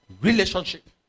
Relationship